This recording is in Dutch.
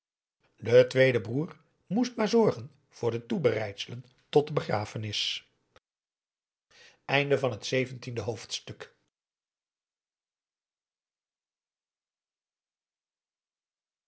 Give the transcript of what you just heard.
de tweede broer moest maar zorgen voor de toebereidselen tot de begrafenis